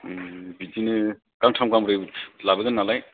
उम बिदिनो गांथाम गांब्रै लाबोगोन नालाय